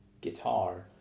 guitar